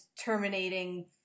terminating